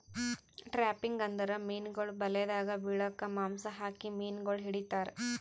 trapping ಅಂದುರ್ ಮೀನುಗೊಳ್ ಬಲೆದಾಗ್ ಬಿಳುಕ್ ಮಾಂಸ ಹಾಕಿ ಮೀನುಗೊಳ್ ಹಿಡಿತಾರ್